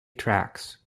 tracks